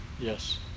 yes